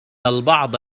البعض